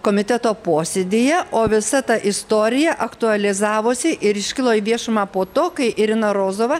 komiteto posėdyje o visa ta istorija aktualizavosi ir iškilo į viešumą po to kai irina rozova